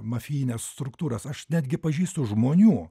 mafijines struktūras aš netgi pažįstu žmonių